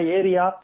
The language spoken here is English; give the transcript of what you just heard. area